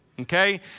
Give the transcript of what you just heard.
okay